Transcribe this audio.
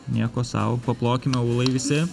nieko sau paplokime ūlai visi